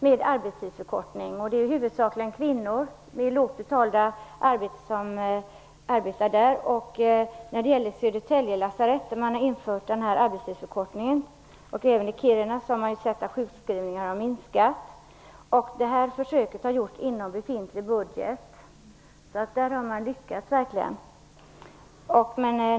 Det är huvudsakligen kvinnor med låga löner som arbetar där. På Södertälje lasarett och även i Kiruna har man sett att sjukskrivningarna har minskat. Försöken har gjorts inom befintlig budget, så man har verkligen lyckats.